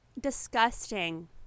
Disgusting